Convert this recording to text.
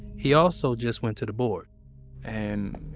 he also just went to the board and,